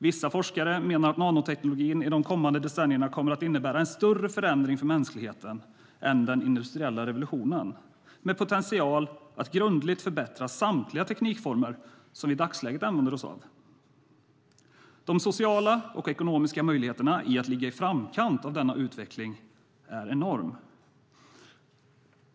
Vissa forskare menar att nanoteknologin de kommande decennierna kommer att innebära en större förändring för mänskligheten än den industriella revolutionen, med potential att grundligt förbättra samtliga teknikformer som vi i dagsläget använder oss av. De sociala och ekonomiska möjligheterna i att ligga i framkanten av denna utveckling är enorm.